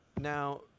now